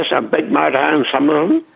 um big motorhomes, some of them.